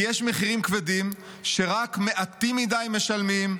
כי יש מחירים כבדים שרק מעטים מדי משלמים,